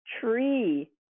tree